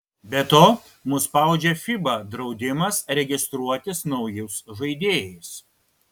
be to mus spaudžia fiba draudimas registruotis naujus žaidėjais